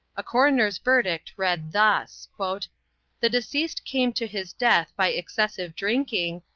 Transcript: a coroner's verdict read thus the deceased came to his death by excessive drinking,